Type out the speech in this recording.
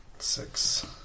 six